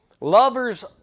lovers